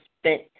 spent